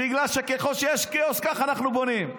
בגלל שככל שיש כאוס ככה אנחנו בונים,